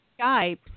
Skype